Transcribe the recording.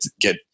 get